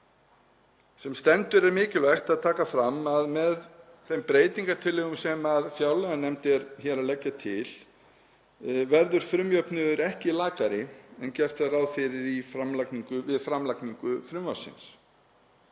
Sem stendur er mikilvægt að taka fram að með þeim breytingartillögum sem fjárlaganefnd er hér að leggja til verður frumjöfnuður ekki lakari en gert var ráð fyrir við framlagningu frumvarpsins.